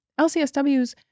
LCSWs